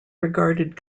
regarded